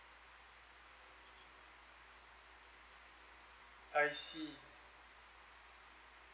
I see